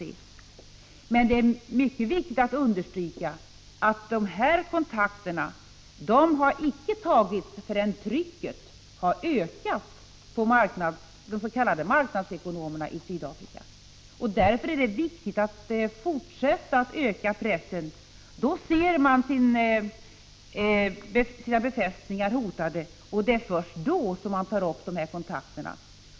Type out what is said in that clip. Det är emellertid mycket viktigt att understryka att dessa kontakter icke har tagits förrän trycket har ökat på de s.k. marknadsekonomerna i Sydafrika. Därför är det viktigt att fortsätta att öka pressen. Då ser de sina befästningar hotade, och det är först då som de tar upp kontakterna.